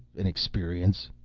an experience.